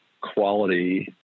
quality